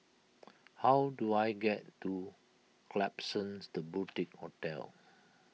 how do I get to Klapsons the Boutique Hotel